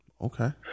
Okay